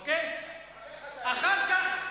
אבל איך אתה יודע?